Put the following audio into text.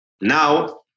Now